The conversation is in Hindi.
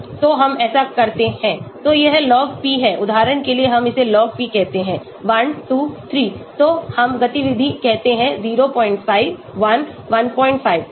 तो हम ऐसा करते हैं तोयह Log P है उदाहरण के लिए हम इसे Log P कहते हैं 1 2 3 तो हम गतिविधि कहते हैं 05 1 15 तो यह बहुत सरल है